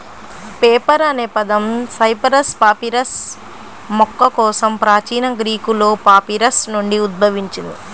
paper అనే పదం cyperus papyrus మొక్క కోసం ప్రాచీన గ్రీకులో పాపిరస్ నుండి ఉద్భవించింది